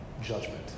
judgment